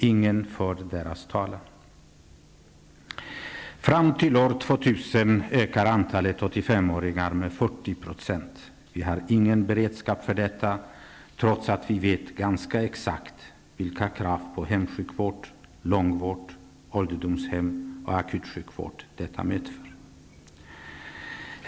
Ingen för deras talan. Vi har ingen beredskap för detta, trots att vi vet ganska exakt vilka krav på hemsjukvård, långvård, ålderdomshem och akutsjukvård detta medför.